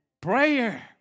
prayer